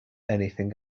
anything